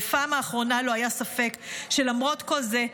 בפעם האחרונה לא היה ספק שלמרות כל זה,